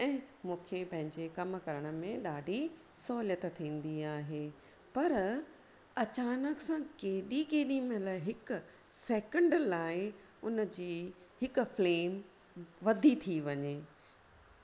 ऐं मूंखे पंहिंजे कमु करण में ॾाढी सहुलियत थींदी आहे पर अचानक सां केॾी केॾी महिल हिकु सेकेंड लाइ हुन जी हिकु फ्लेम वधी थी वञे